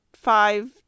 five